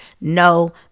No